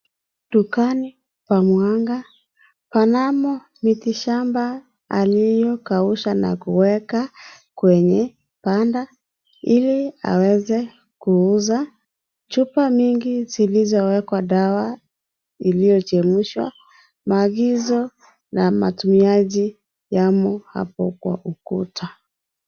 Dukani pa mganga panamo miti shamba aliyokausha na kuweka kwenye panda ili aweze kuuza. Chupa mingi zilizowekwa dawa iliyochemshwa. Maagizo na matumiaji yamo hapo kwa ukuta.